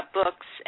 books